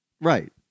Right